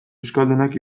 euskaldunak